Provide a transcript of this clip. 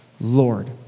Lord